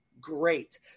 great